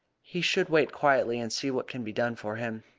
he should wait quietly, and see what can be done for him.